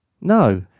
No